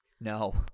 No